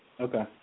Okay